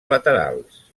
laterals